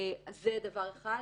זה דבר אחד.